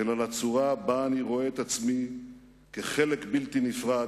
אלא לצורה בה אני רואה את עצמי כחלק בלתי נפרד,